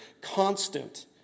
Constant